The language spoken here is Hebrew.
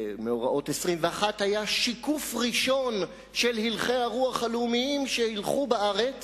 ומאורעות 1921 היו שיקוף ראשון של הלכי הרוח הלאומיים שהיו בארץ